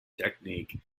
technique